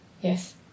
Yes